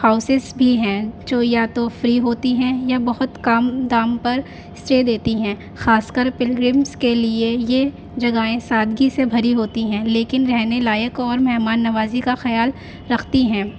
houses بھی ہیں جو یا تو فری ہوتی ہیں یا بہت کام دام پر اسٹے دیتی ہیں خاص کر پلگرمس کے لیے یہ جگہیں سادگی سے بھری ہوتی ہیں لیکن رہنے لائق اور مہمان نوازی کا خیال رکھتی ہیں